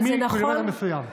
מקילומטר מסוים.